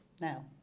now